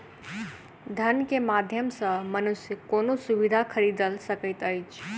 धन के माध्यम सॅ मनुष्य कोनो सुविधा खरीदल सकैत अछि